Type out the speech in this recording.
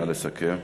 נא לסכם.